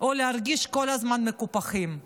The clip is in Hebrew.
או להרגיש כל הזמן מקופחים.